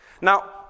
now